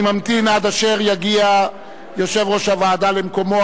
אני ממתין עד אשר יגיע יושב-ראש הוועדה למקומו,